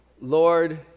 Lord